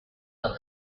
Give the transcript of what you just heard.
the